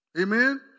Amen